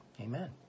Amen